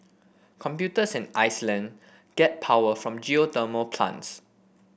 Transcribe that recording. computers in Iceland get power from geothermal plants